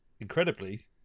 Incredibly